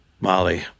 Molly